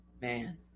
Man